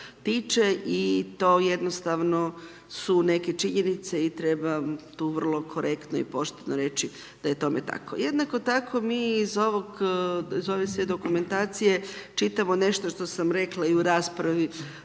tiče i to jednostavno su neke činjenice i treba tu vrlo korektno i pošteno reći da je tome tako. Jednako tako mi iz ovog, iz ove sve dokumentacije čitamo nešto što sam rekla i u raspravi